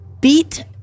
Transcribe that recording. beat